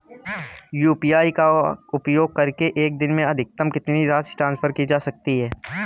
UPI का उपयोग करके एक दिन में अधिकतम कितनी राशि ट्रांसफर की जा सकती है?